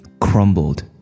crumbled